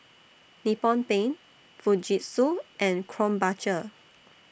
Nippon Paint Fujitsu and Krombacher